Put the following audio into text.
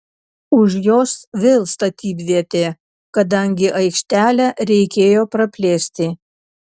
už jos vėl statybvietė kadangi aikštelę reikėjo praplėsti